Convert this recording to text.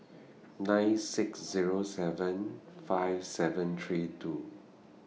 nine six Zero seven five seven three two